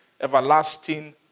everlasting